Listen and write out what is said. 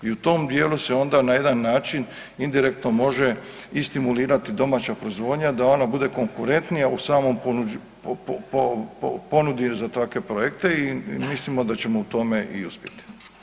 I u tom dijelu se onda na jedan način indirektno može i stimulirati domaća proizvodnja da ona bude konkurentnija u samom ponudi za takve projekte i mislimo da ćemo u tome i uspjeti.